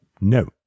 no